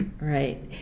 right